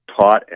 taught